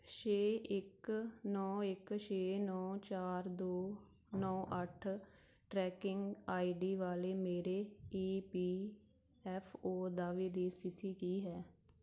ਛੇ ਇੱਕ ਨੌਂ ਇਕ ਛੇ ਨੌਂ ਚਾਰ ਦੋ ਨੌਂ ਅੱਠ ਟਰੈਕਿੰਗ ਆਈ ਡੀ ਵਾਲੇ ਮੇਰੇ ਈ ਪੀ ਐਫ ਓ ਦਾਅਵੇ ਦੀ ਸਥਿਤੀ ਕੀ ਹੈ